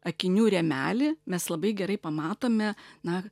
akinių rėmelį mes labai gerai pamatome na